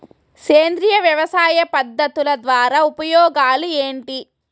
సేంద్రియ వ్యవసాయ పద్ధతుల ద్వారా ఉపయోగాలు ఏంటి?